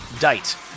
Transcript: date